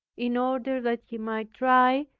in order that he might try,